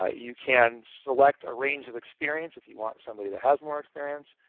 ah you can select a range of experience. if you want somebody that has more experience,